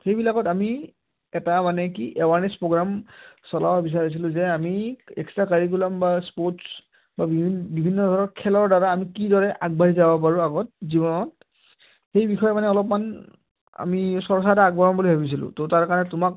সেইবিলাকত আমি এটা মানে কি এৱাৰনেছ প্ৰগ্ৰাম চলাব বিচাৰিছিলোঁ যে আমি এক্সট্ৰা কাৰিকুলাম বা স্পৰ্টছ বা বিভিন্ন বিভিন্ন ধৰণৰ খেলৰদ্বাৰা আমি কিদৰে আগবাঢ়ি যাব পাৰোঁ আগত জীৱনত সেই বিষয়ে মানে অলপমান আমি চৰ্চা এটা আগবাঢ়াম বুলি ভাবিছিলোঁ তো তাৰ কাৰণে তোমাক